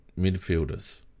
midfielders